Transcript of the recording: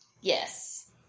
yes